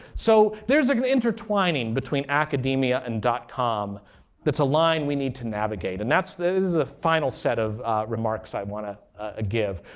so there's like an intertwining between academia and dotcom that's a line we need to navigate. and this is the final set of remarks i want to ah give,